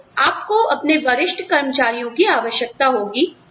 तो आपको अपने वरिष्ठ कर्मचारियों की आवश्यकता होगी